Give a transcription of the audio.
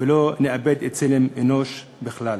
ולא נאבד את צלם האנוש בכלל.